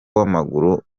w’amaguru